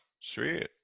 Sweet